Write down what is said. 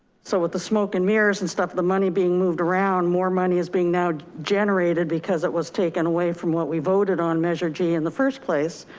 so with the smoke and mirrors and stuff, the money being moved around, more money is being now generated because it was taken away from what we voted on measure g in and the first place.